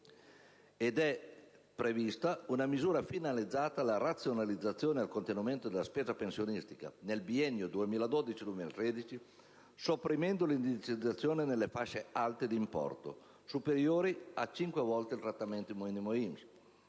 altresì una misura finalizzata alla razionalizzazione e al contenimento della spesa pensionistica del biennio 2012-2013, sopprimendo l'indicizzazione delle fasce alte di importo, superiori a cinque volte il trattamento minimo INPS,